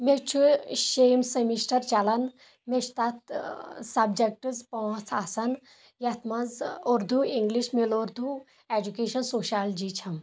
مےٚ چھُ شیٚیِم سمسٹر چلان مےٚ چھُ تتھ سبجکٹٕز پانٛژھ آسن یتھ منٛز اردوٗ اِنگلِش مِل اردوٗ اٮ۪جوٗکیشن سوشالجی چھ